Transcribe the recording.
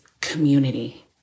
community